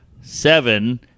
seven